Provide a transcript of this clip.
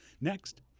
next